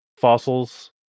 fossils